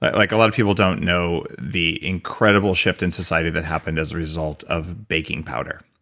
like a lot of people don't know the incredible shift in society that happened as a result of baking powder.